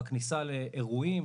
בכניסה לאירועים,